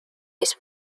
his